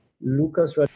Lucas